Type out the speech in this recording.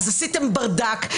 עשיתם ברדק,